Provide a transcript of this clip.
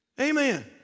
Amen